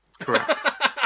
correct